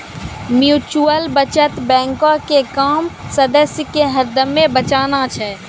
mutual बचत बैंको के काम सदस्य के हरदमे बचाना छै